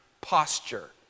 posture